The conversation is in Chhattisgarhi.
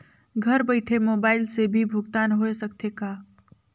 घर बइठे मोबाईल से भी भुगतान होय सकथे का?